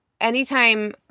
anytime